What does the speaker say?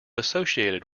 associated